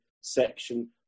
section